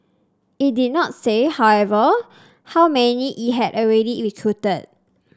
it did not say however how many it had already recruited